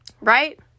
right